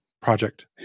project